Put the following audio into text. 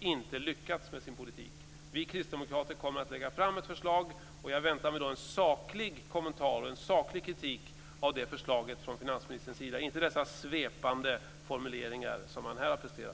inte lyckats med sin politik. Vi kristdemokrater kommer att lägga fram ett förslag. Jag väntar mig en saklig kommentar och en saklig kritik av det förslaget från finansministerns sida, och inte de svepande formuleringar som han här har presterat.